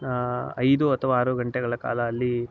ಐದು ಅಥವಾ ಆರು ಗಂಟೆಗಳ ಕಾಲ ಅಲ್ಲಿ